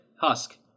husk